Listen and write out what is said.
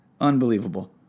Unbelievable